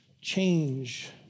change